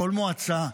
בכל מועצה,